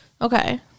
Okay